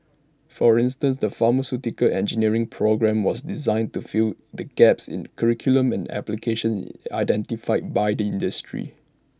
for instance the pharmaceutical engineering programme was designed to fill the gaps in curriculum and application identified by the industry